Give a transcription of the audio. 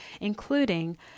including